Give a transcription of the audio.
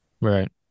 right